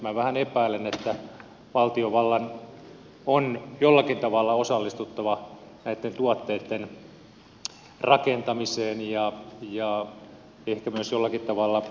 minä vähän epäilen että valtiovallan on jollakin tavalla osallistuttava näitten tuotteitten rakentamiseen ja ehkä myös jollakin tavalla rahoittamiseen